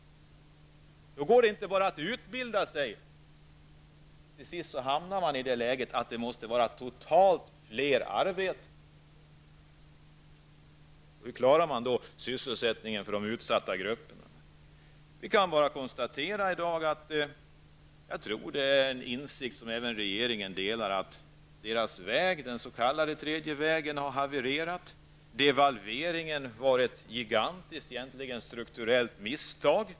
Då går det inte att bara satsa på utbildning, utan man hamnar till sist i det läget att det är nödvändigt att skapa fler arbeten totalt sett. Och hur klarar man då sysselsättningen för de utsatta grupperna? Vi kan i dag konstatera -- och jag tror att det är en insikt som regeringen delar -- att regeringens väg, den s.k. tredje vägen, har havererat och att devalveringen var ett gigantiskt och egentligen strukturellt misstag.